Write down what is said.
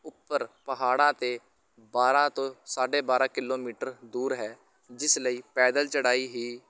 ਉੱਪਰ ਪਹਾੜਾਂ 'ਤੇ ਬਾਰ੍ਹਾਂ ਤੋਂ ਸਾਢੇ ਬਾਰ੍ਹਾਂ ਕਿਲੋਮੀਟਰ ਦੂਰ ਹੈ ਜਿਸ ਲਈ ਪੈਦਲ ਚੜ੍ਹਾਈ ਹੀ